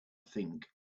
think